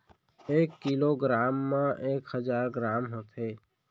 एक kilogram मा एक हजार ग्राम होथे